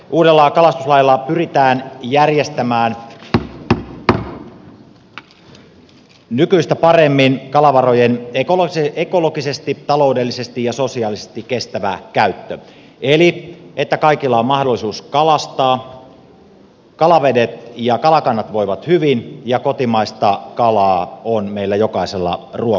uudella kalastuslailla pyritään järjestämään nykyistä paremmin kalavarojen ekologisesti taloudellisesti ja sosiaalisesti kestävä käyttö eli että kaikilla on mahdollisuus kalastaa kalavedet ja kalakannat voivat hyvin ja kotimaista kalaa on meillä jokaisella ruokapöydässä